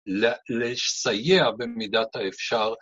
‫לסייע במידת האפשר.